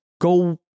go